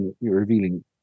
revealing